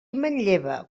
manlleva